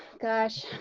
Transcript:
gosh.